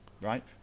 right